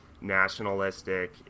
nationalistic